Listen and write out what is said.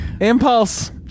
Impulse